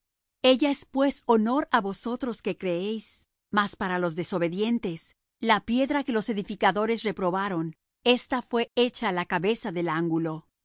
ella es pues honor á vosotros que creéis mas para los desobedientes la piedra que los edificadores reprobaron esta fué hecha la cabeza del ángulo